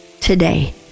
today